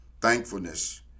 Thankfulness